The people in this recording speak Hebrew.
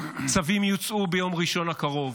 צווים יוצאו ביום ראשון הקרוב.